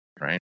right